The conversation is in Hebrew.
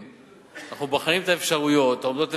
אנחנו בוחנים את האפשרויות העומדות לפנינו,